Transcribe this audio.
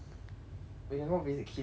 we can go visit ki zhi by then already